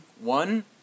one